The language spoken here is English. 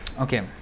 Okay